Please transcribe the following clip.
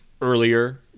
earlier